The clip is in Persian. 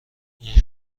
این